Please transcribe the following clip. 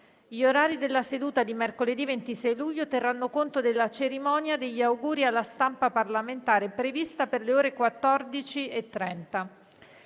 Gli orari della seduta di mercoledì 26 luglio terranno conto della cerimonia degli auguri alla stampa parlamentare prevista per le ore 14,30.